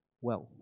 wealth